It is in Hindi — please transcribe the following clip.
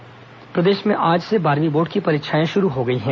बोर्ड परीक्षा प्रदेश में आज से बारहवीं बोर्ड की परीक्षाएं शुरू हो गई हैं